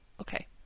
okay